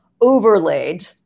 overlaid